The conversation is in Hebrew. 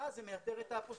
ואז זה מייתר את האפוסטיל.